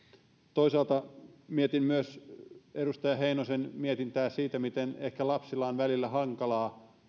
toisaalta mietin myös edustaja heinosen mietintää siitä miten ehkä lapsilla on välillä hankalaa